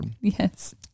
Yes